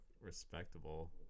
respectable